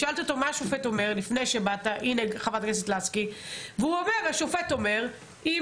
שאלתי אותו מה השופט אומר והוא אמר שהשופט אומר אם